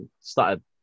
started